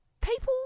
people